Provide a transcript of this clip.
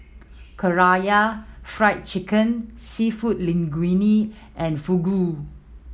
Karaage Fried Chicken Seafood Linguine and Fugu